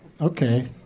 Okay